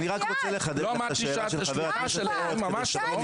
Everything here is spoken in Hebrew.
אני לא אמרתי שאת השליחה שלהם, ממש לא.